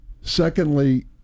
Secondly